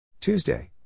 Tuesday